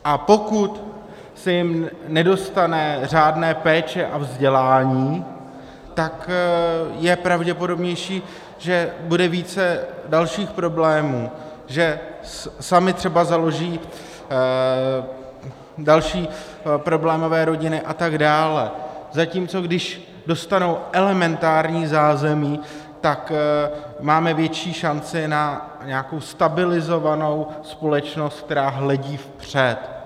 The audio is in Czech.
A pokud se jim nedostane řádné péče a vzdělání, tak je pravděpodobnější, že bude více dalších problémů, že samy třeba založí další problémové rodiny a tak dále, zatímco když dostanou elementární zázemí, tak máme větší šanci na nějakou stabilizovanou společnost, která hledí vpřed.